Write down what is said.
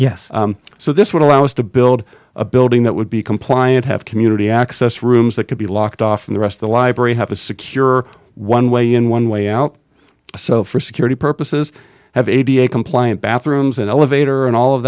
yes so this would allow us to build a building that would be compliant have community access rooms that could be locked off from the rest of the library have a secure one way in one way out so for security purposes have eighty eight compliant bathrooms and elevator and all of